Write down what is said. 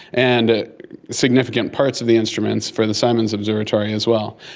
and significant parts of the instruments for the simon's observatory as well.